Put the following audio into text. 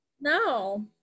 no